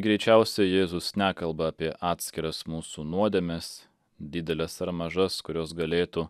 greičiausiai jėzus nekalba apie atskiras mūsų nuodėmes dideles ar mažas kurios galėtų